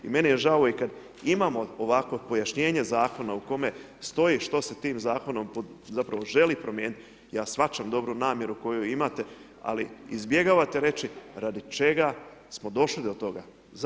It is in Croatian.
I meni je žao i kad imamo ovakvo pojašnjenje zakona u kome stoji što se tim zakonom zapravo želi promijeniti ja shvaćam dobru namjeru koju imate ali izbjegavate reći radi čega smo došli do toga.